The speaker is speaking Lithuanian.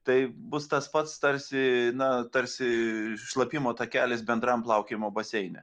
tai bus tas pats tarsi na tarsi šlapimo takelis bendram plaukiojimo baseine